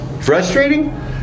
Frustrating